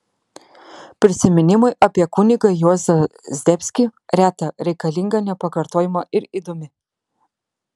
prisiminimai apie kunigą juozą zdebskį reta reikalinga nepakartojama ir įdomi